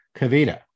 kavita